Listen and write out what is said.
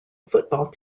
football